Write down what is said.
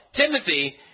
Timothy